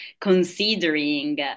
considering